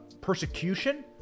persecution